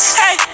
hey